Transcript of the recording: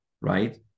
right